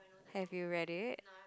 have you read it